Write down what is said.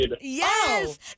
Yes